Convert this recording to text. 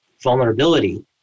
vulnerability